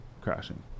crashing